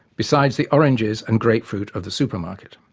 besides the oranges and grapefruit of the supermarket.